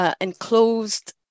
enclosed